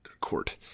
court